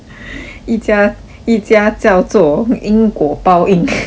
一家一家叫做因果报应